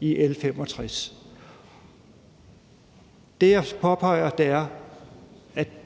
i L 65. Det, jeg påpeger, er,